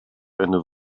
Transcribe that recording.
eine